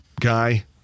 guy